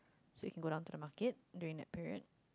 so if go out to the market during that period